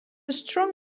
strong